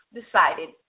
decided